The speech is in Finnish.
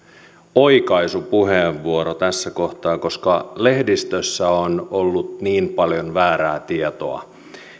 oikaisupuheenvuoro tässä kohtaa koska lehdistössä on ollut niin paljon väärää tietoa